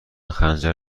خنجر